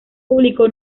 público